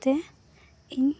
ᱛᱮ ᱤᱧ